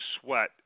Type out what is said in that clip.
sweat